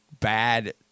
bad